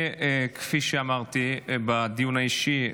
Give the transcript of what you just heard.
וכפי שאמרתי בדיון האישי,